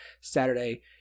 Saturday